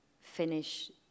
finish